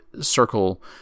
circle